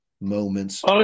moments